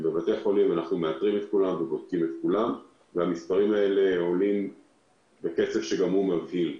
ואפשר לראות שהמספרים האלה עולים בקצב שגם הוא מבהיל,